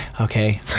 Okay